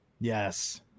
Yes